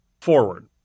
Forward